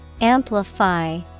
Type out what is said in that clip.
Amplify